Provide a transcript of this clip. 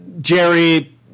Jerry